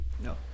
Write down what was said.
No